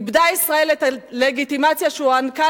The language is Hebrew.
איבדה ישראל את הלגיטימציה שהוענקה